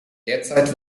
derzeit